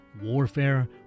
warfare